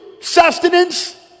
sustenance